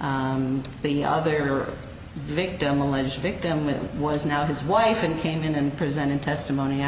and the other victim alleged victim it was now his wife and came in and presented testimony